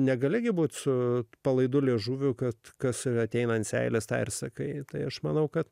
negali būti su palaidu liežuviu kad kas ateina ant seilės tą ir sakai tai aš manau kad